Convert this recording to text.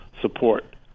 support